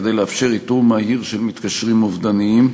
כדי לאפשר איתור מהיר של מתקשרים אובדניים.